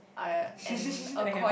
I and acquire